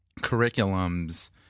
curriculum's